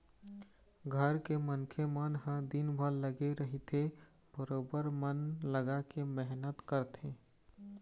घर के मनखे मन ह दिनभर लगे रहिथे बरोबर मन लगाके मेहनत करथे